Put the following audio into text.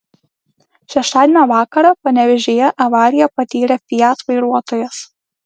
šeštadienio vakarą panevėžyje avariją patyrė fiat vairuotojas